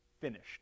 finished